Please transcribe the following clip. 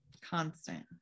constant